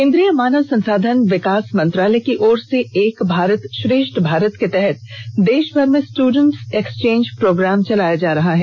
केंद्रीय मानव संसाधन विकास मंत्रालय की ओर से एक भारत श्रेष्ठ भारत के तहत देशभर में स्टूडेंट एक्सचेंज प्रोग्राम चलाया जा रहा है